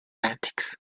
látex